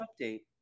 update